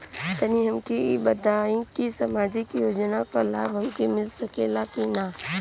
तनि हमके इ बताईं की सामाजिक योजना क लाभ हमके मिल सकेला की ना?